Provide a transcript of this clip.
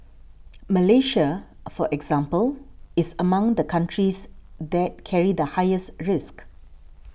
Malaysia for example is among the countries that carry the highest risk